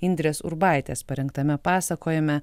indrės urbaitės parengtame pasakojime